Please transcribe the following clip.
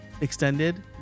extended